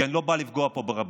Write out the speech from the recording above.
כי אני לא בא לפגוע פה ברבנות.